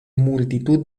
multitud